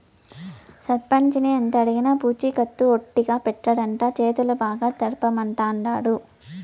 సర్పంచిని ఎంతడిగినా పూచికత్తు ఒట్టిగా పెట్టడంట, చేతులు బాగా తడపమంటాండాడు